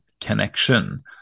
connection